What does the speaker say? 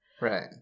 Right